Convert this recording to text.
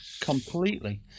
Completely